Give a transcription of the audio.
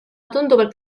tunduvalt